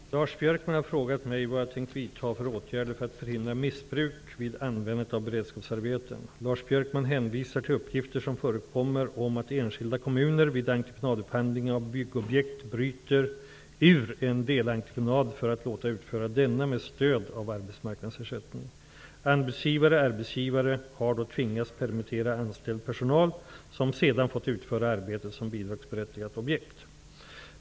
Herr talman! Lars Björkman har frågat mig vad jag har tänkt vidta för åtgärder för att förhindra missbruk vid användandet av beredskapsarbeten. Lars Björkman hänvisar till uppgifter som förekommer om att enskilda kommuner vid entreprenadupphandling av byggobjekt bryter ur en delentreprenad för att låta utföra denna med stöd av arbetsmarknadsersättning. Anbudsgivare/arbetsgivare har då tvingats permittera anställd personal, som sedan fått utföra arbetet som bidragsberättigat objekt.